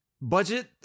budget